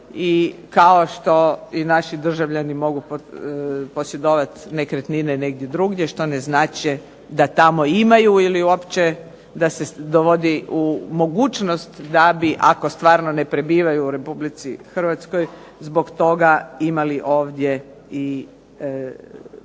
kao što i naši državljani mogu posjedovati nekretnine negdje drugdje, što ne znači da tamo i imaju ili uopće da se dovodi u mogućnost da bi ako stvarno ne prebivaju u RH zbog toga imali ovdje i